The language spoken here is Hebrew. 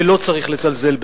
ולא צריך לזלזל בזה.